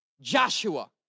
Joshua